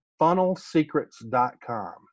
funnelsecrets.com